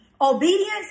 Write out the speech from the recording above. obedience